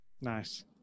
Nice